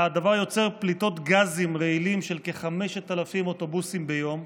הדבר יוצר פליטות גזים רעילים של כ-5,000 אוטובוסים ביום,